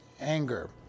anger